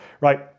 right